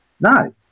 No